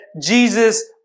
Jesus